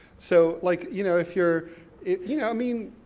so like, you know, if you're, if you know, i mean,